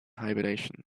hibernation